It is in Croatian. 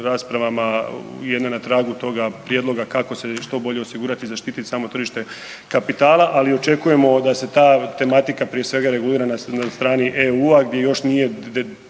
raspravama jedna na tragu toga prijedloga kako se što bolje osigurati i zaštiti samo tržište kapitala, ali očekujemo da se ta tematika prije svega regulira na strani EU-a gdje još nije